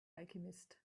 alchemist